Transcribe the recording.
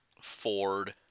Ford